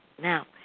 Now